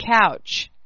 couch